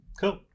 Cool